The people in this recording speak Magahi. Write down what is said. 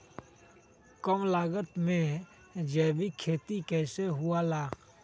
कम लागत में जैविक खेती कैसे हुआ लाई?